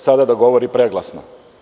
Sada da govori preglasno.